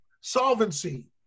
solvency